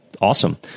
awesome